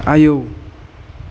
आयौ